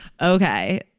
okay